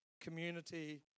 community